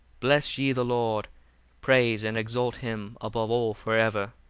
bless ye the lord praise and exalt him above all for ever.